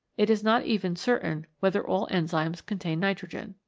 it is not even certain whether all enzymes contain nitrogen.